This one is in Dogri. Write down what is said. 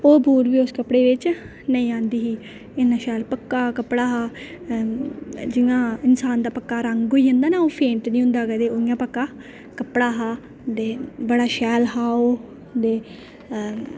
ते ओह् बुर बी उस कपड़े च नेईं औंदी ही इन्ना शैल पक्का कपड़ा हा जि'यां इन्सान दा ओह् पक्का रंग होई जंदा निं ओह् फेंट निं होंदा कदें इयां पक्का कपड़ा हा ते बड़ा शैल हा ओह् ते